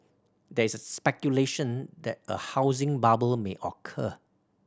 there is speculation that a housing bubble may occur